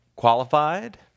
qualified